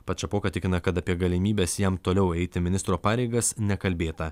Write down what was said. pats šapoka tikina kad apie galimybes jam toliau eiti ministro pareigas nekalbėta